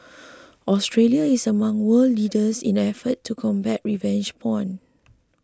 Australia is among world leaders in efforts to combat revenge porn